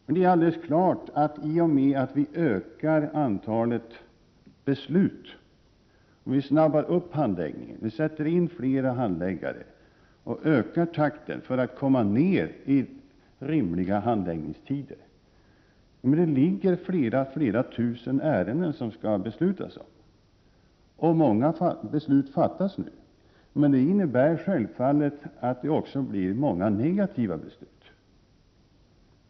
Om det ligger flera tusen ärenden i vilka beslut skall fattas och vi då påskyndar handläggningen, sätter in fler handläggare och ökar takten för att komma ner i rimliga handläggningstider, innebär det att många beslut fattas. Självfallet innebär det då också att det fattas fler negativa beslut.